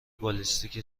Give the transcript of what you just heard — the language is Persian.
بالستیک